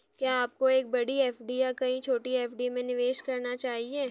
क्या आपको एक बड़ी एफ.डी या कई छोटी एफ.डी में निवेश करना चाहिए?